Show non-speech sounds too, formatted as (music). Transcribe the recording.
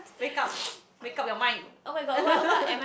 wake up wake up your mind (laughs)